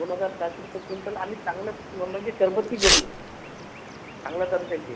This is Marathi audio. दोन हजार सातशे रुपये क्विंटल आणि चांगलं म्हणजे शरबती गहू चांगल्या दर्जाची